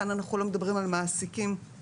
כאן אנחנו לא מדברים על מעסיקים ועובדים,